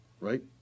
Right